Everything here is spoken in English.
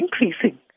increasing